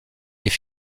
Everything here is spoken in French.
est